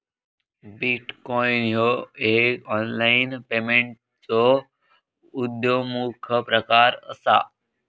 bitcoin ह्यो एक online पेमेंटचो उद्योन्मुख प्रकार असा